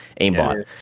aimbot